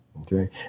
okay